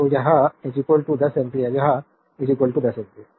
तो यह I 10 ampere यह I 10 एम्पीयर